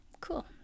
Cool